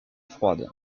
froide